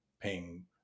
paying